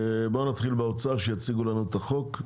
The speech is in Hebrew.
בואו נתחיל באוצר שיציגו לנו את החוק.